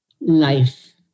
life